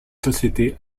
société